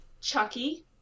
Chucky